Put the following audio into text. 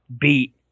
beat